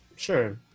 Sure